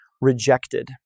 rejected